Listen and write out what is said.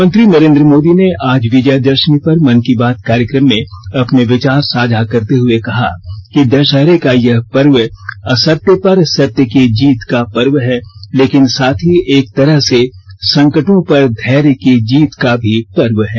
प्रधानमंत्री नरेन्द्र मोदी ने आज विजयाद मी पर मन की बात कार्यक्रम में अपने विचार साझा करते हुए कहा कि द ाहरे का यह पर्व असत्य पर सत्य की जीत का पर्व है लेकिन साथ ही एक तरह से संकटों पर धैर्य की जीत का भी पर्व है